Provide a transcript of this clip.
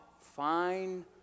Fine